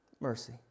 Mercy